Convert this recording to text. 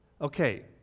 Okay